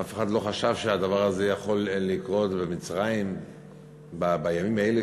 אף אחד לא חשב שהדבר הזה יכול לקרות במצרים בימים האלה,